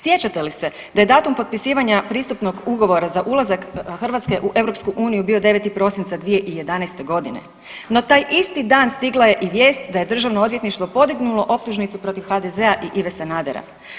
Sjećate li se da je datum potpisivanja pristupnog ugovora za ulazak Hrvatske u EU bio 9. prosinca 2011. godine, no taj isti dan stigla je i vijest da je državno odvjetništvo podignulo optužnicu protiv HDZ-a i Ive Sanadera.